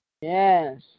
Yes